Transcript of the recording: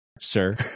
sir